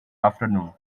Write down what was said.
afternoon